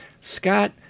Scott